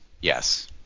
Yes